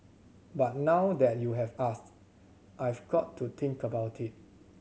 but now that you have asked I've got to think about it